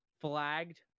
flagged